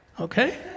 Okay